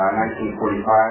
1945